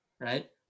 Right